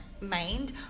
mind